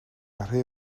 rhy